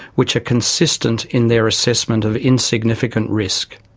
which are consistent in their assessment of insignificant risk.